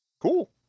Cool